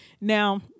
now